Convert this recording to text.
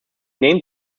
named